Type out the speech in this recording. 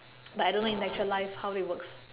but I don't know in actual life how it works